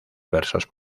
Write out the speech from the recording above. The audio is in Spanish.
versos